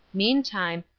meantime,